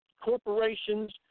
corporations